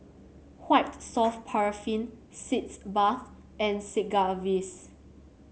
White Soft Paraffin Sitz Bath and Sigvaris